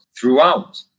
throughout